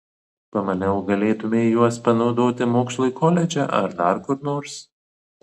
pamaniau galėtumei juos panaudoti mokslui koledže ar dar kur nors